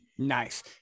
Nice